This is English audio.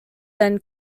then